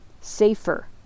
Safer